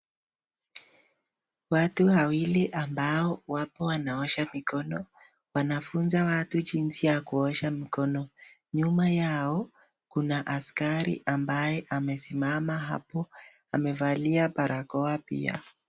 Watu wawili ambao wapo wanaosha mikono, wanafunza watu jinsi ya kuosha mikono. Nyuma yao, kuna askari ambaye amesimama hapo. Amevalia barakoa pia.